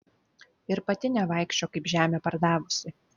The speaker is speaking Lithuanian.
ir pati nevaikščiok kaip žemę pardavusi